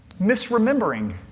misremembering